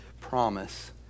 promise